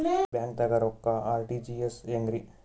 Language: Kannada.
ಬ್ಯಾಂಕ್ದಾಗ ರೊಕ್ಕ ಆರ್.ಟಿ.ಜಿ.ಎಸ್ ಹೆಂಗ್ರಿ?